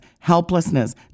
helplessness